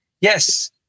Yes